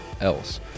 else